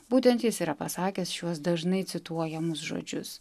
būtent jis yra pasakęs šiuos dažnai cituojamus žodžius